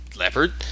leopard